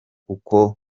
uko